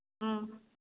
ꯎꯝ